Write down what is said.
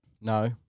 No